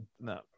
no